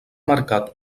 marcat